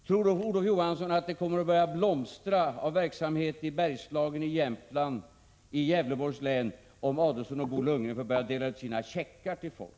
Tror Olof Johansson att det kommer att blomstra av verksamhet i Bergslagen, i Jämtland och i Gävleborgs län, om Ulf Adelsohn och Bo Lundgren får börja dela ut sina checkar till folk?